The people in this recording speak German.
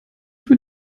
für